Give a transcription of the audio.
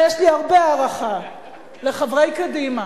ויש לי הרבה הערכה לחברי קדימה